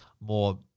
more